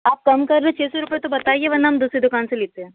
आप कम कर रहे हैं छः सौ रुपये तो बताईए वरना हम दूसरी दुकान से लेते हैं